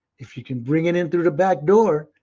if you can bring it in through the back door,